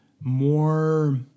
more